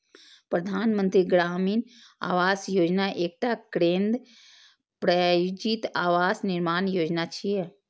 प्रधानमंत्री ग्रामीण आवास योजना एकटा केंद्र प्रायोजित आवास निर्माण योजना छियै